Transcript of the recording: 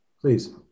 Please